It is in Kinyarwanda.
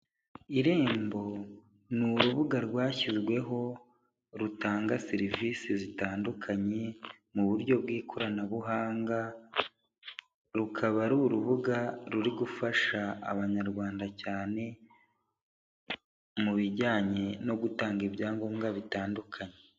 Irembo ni urubuga rwashyizweho rutanga serivisi zitandukanye mu buryo bw'ikoranabuhanga, rukaba ari urubuga ruri gufasha abanyarwanda cyane, mu bijyanye no gutanga ibyangombwa bitandukanye.